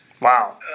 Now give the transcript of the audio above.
Wow